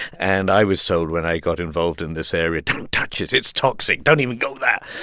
and i was told when i got involved in this area don't touch it. it's toxic. don't even go there.